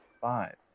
Five